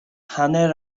hanner